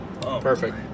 Perfect